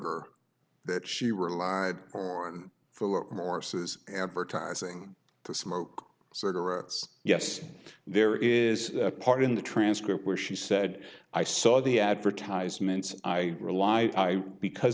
burger that she relied on or says advertising to smoke cigarettes yes there is a part in the transcript where she said i saw the advertisements i rely because